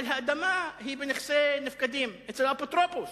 אבל האדמה היא בנכסי נפקדים, אצל האפוטרופוס.